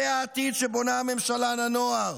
זה העתיד שבונה הממשלה לנוער,